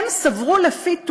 הם סברו, לפי תומם,